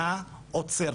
מסכימה איתך,